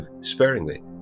sparingly